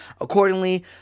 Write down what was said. accordingly